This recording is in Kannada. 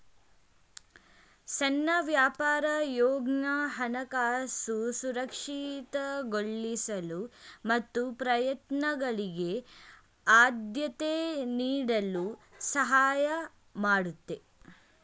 ಸಣ್ಣ ವ್ಯಾಪಾರ ಯೋಜ್ನ ಹಣಕಾಸು ಸುರಕ್ಷಿತಗೊಳಿಸಲು ಮತ್ತು ಪ್ರಯತ್ನಗಳಿಗೆ ಆದ್ಯತೆ ನೀಡಲು ಸಹಾಯ ಮಾಡುತ್ತೆ